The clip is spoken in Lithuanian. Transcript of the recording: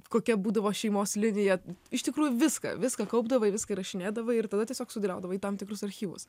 kokia būdavo šeimos linija iš tikrųjų viską viską kaupdavai viską įrašinėdavai ir tada tiesiog sudėliodavai į tam tikrus archyvus